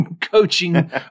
coaching